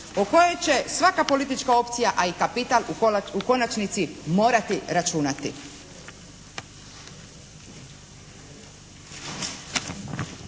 o kojoj će svaka politička opcija, a i kapital u konačnici morati računati.